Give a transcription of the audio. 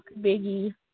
Biggie